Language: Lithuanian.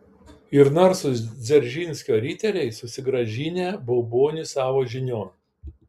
ir narsūs dzeržinskio riteriai susigrąžinę baubonį savo žinion